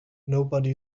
nobody